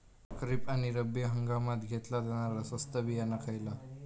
खरीप आणि रब्बी हंगामात घेतला जाणारा स्वस्त बियाणा खयला?